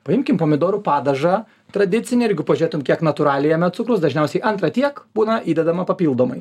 paimkim pomidorų padažą tradicinį ir jeigu pažiūrėtum kiek natūraliai jame cukraus dažniausiai antra tiek būna įdedama papildomai